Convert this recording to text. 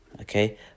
okay